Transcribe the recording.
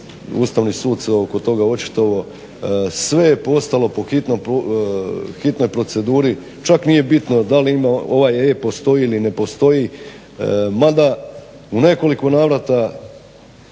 Ustavni sud se oko toga očitovao, sve je postalo po hitnoj proceduri čak nije bitno da li ima ovaj E da li postoji ili ne postoji, mada u nekoliko navrata